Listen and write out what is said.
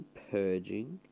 purging